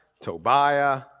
Tobiah